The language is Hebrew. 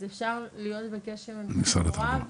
אז אפשר להיות בקשר עם משרד התחבורה.